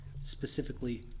specifically